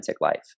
life